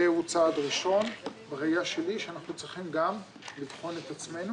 זהו צעד ראשון בראייה שלי שאנחנו צריכים גם לבחון את עצמנו